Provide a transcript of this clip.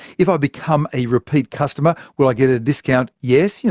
if i become a repeat customer, will i get a discount? yes.